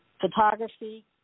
photography